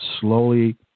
slowly